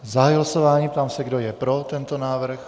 Zahajuji hlasování, ptám se, kdo je pro tento návrh.